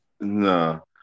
No